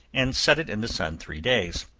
and set it in the sun three days,